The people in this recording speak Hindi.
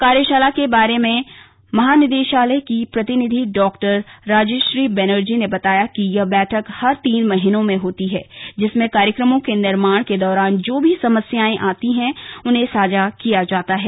कार्यशाला के बारे में महानिदेशालय की प्रतिनिधि डॉक्टर राजेश्री बनर्जी ने बताया कि यह बैठक हर तीन महीने में होती है जिसमें कार्यक्रमों के निर्माण के दौरान जो भी समस्याएं आती है उन्हें साझा किया जाता है